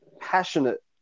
passionate